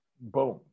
boom